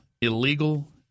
illegal